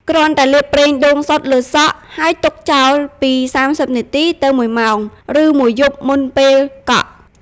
គ្រាន់តែលាប ប្រេងដូងសុទ្ធ លើសក់ ហើយទុកចោលពី ៣០នាទីទៅ ១ម៉ោង ឬមួយយប់មុនពេលកក់។